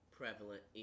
prevalent